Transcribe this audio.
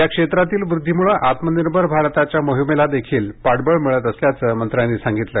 या क्षेत्रातील वृद्धिमुळे आत्मनिर्भर भारताच्या मोहिमेलादेखील पाठबळ मिळत असल्याचे मंत्र्यांनी सांगितलं